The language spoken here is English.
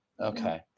Okay